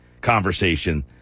conversation